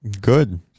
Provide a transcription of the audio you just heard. Good